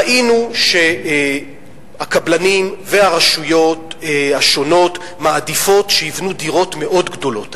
ראינו שהקבלנים והרשויות השונות מעדיפים שייבנו דירות מאוד גדולות.